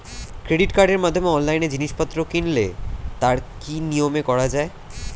Credit কার্ডের মাধ্যমে অনলাইনে জিনিসপত্র কিনলে তার কি নিয়মে করা যায়?